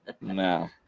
no